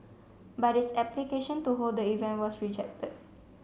but its application to hold the event was rejected